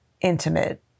intimate